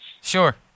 Sure